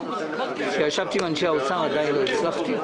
הוא צודק.